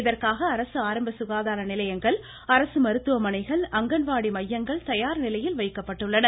இதற்காக அரசு ஆரம்ப சுகாதார நிலையங்கள் அரசு மருத்துவமனைகள் அங்கன்வாடி மையங்கள் தயார் நிலையில் வைக்கப்பட்டுள்ளன